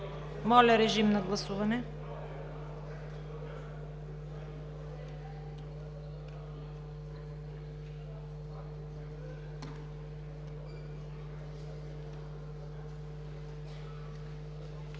Моля, режим на гласуване.